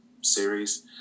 series